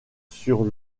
sur